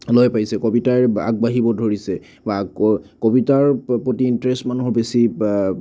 গৈ পাইছে কবিতাই আগবাঢ়িব ধৰিছে বা ক কবিতাৰ প্ৰতি ইণ্টাৰেষ্ট মানুহৰ বেছি বা